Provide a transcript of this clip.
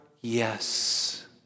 yes